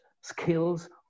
skills